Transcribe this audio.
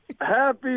Happy